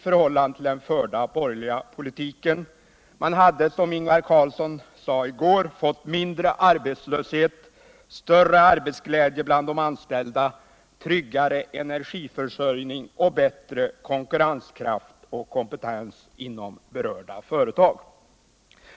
Man hade som Ingvar Carlsson sade i går fått mindre arbetslöshet, större arbetsglädje bland de anställda. tryggare energiförsörjning och bättre konkurrenskraft och kompetens inom de berörda företagen.